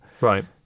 Right